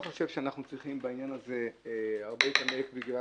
שאנחנו צריכים בעניין הזה הרבה --- בגלל